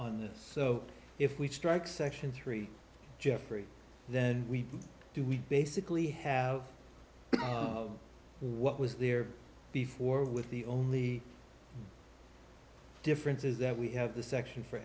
on this so if we strike section three geoffrey then we do we basically have what was there before with the only difference is that we have the section for